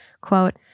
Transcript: quote